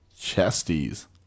Chesties